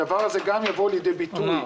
הדבר הזה גם יבוא לידי ביטוי